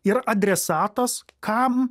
ir adresatas kam